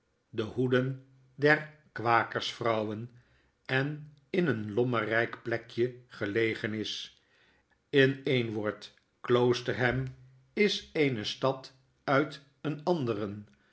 de hoeden der kwakers vrouwen en in een lommerryk plekje elegen is in een woord kloosterham is eene stad uit een anderen